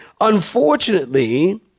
unfortunately